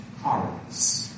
hearts